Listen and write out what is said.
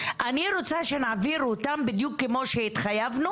אני רוצה שנעביר אותן בדיוק כמו שהתחייבנו